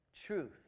truth